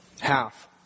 half